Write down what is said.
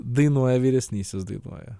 dainuoja vyresnysis dainuoja